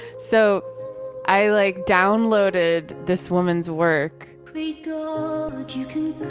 so i like downloaded this woman's work please. you can.